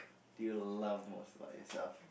do you love mores like yourself